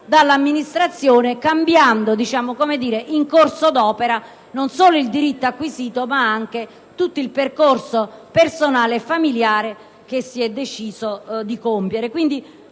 dall'amministrazione cambiando, in corso d'opera, non solo il diritto acquisito, ma anche tutto il percorso personale e familiare che si era deciso di compiere.